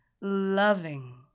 loving